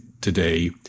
today